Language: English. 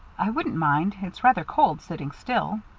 i wouldn't mind. it's rather cold, sitting still.